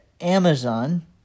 Amazon